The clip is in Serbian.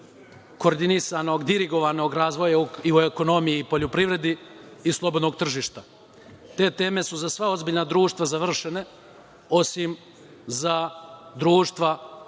koordinisanog, dirigovanog razvoja i u ekonomiji i poljoprivredi i slobodnog tržišta. Te teme su za sva ozbiljna društva završene, osim za društva